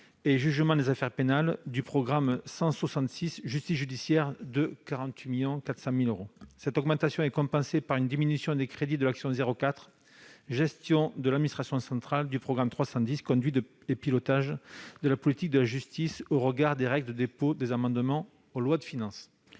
et jugement des affaires pénales, du programme 166, « Justice judiciaire ». Cette hausse serait compensée par une diminution des crédits de l'action n° 04, Gestion de l'administration centrale, du programme 310, « Conduite et pilotage de la politique de la justice », au regard des règles de dépôt des amendements en loi de finances.